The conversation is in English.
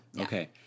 Okay